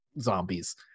zombies